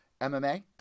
MMA